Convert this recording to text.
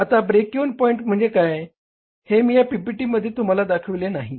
आता break even point म्हणजे काय हे मी या PPT मध्ये तुम्हाला दाखविले नाही